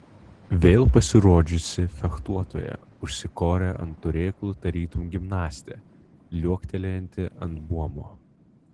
vėl pasirodžiusi fechtuotoja užsikorė ant turėklų tarytum gimnastė liuoktelėjanti ant buomo